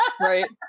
Right